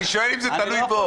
אני שואל אם זה תלוי בו.